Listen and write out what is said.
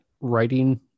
writing